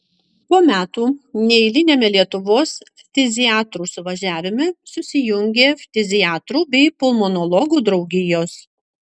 po metų neeiliniame lietuvos ftiziatrų suvažiavime susijungė ftiziatrų bei pulmonologų draugijos